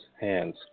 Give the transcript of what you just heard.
hands